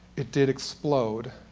it did explode,